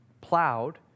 plowed